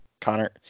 Connor